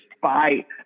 fight